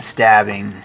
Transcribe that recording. Stabbing